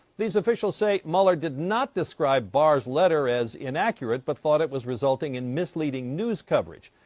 these officials say mueller did not describe barr's letter as inaccurate but thought it was resulting in misleading news coverage.